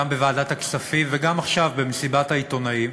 גם בוועדת הכספים וגם עכשיו במסיבת העיתונאים,